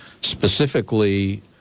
Specifically